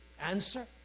answer